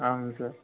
అవును సార్